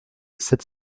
sept